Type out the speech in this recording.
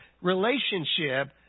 relationship